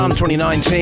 2019